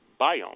biome